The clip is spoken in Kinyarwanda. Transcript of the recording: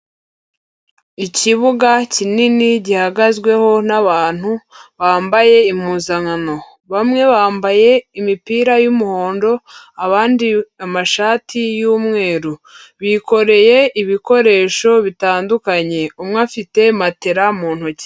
Ikibuga kinini, gihagazweho n'abantu bambaye impuzankano. Bamwe bambaye imipira y'umuhondo, abandi amashati y'umweru. Bikoreye ibikoresho bitandukanye, umwe afite matera mu ntoki.